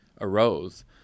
arose